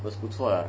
was 不错 lah